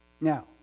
Now